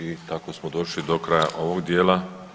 I tako smo došli do kraja ovog dijela.